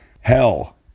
Hell